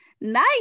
Nice